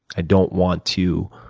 i don't want to